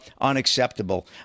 unacceptable